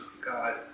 God